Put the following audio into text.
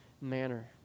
manner